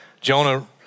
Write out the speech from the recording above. Jonah